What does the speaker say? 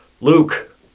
Luke